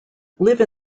live